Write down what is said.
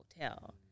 hotel